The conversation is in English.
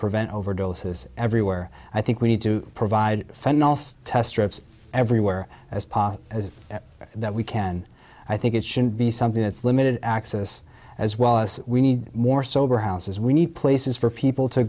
prevent overdoses everywhere i think we need to provide test everywhere as pot that we can i think it should be something that's limited axis as well as we need more sober houses we need places for people to